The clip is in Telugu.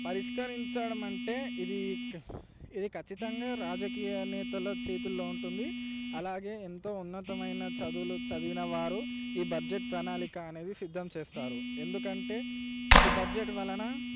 పరిష్కరించడం అంటే ఇది ఇది ఖచ్చితంగా రాజకీయ నేతల చేతుల్లో ఉంటుంది అలాగే ఎంతో ఉన్నతమైన చదువులు చదివిన వారు ఈ బడ్జెట్ ప్రణాళిక అనేది సిద్ధం చేస్తారు ఎందుకంటే ఈ బడ్జెట్ వలన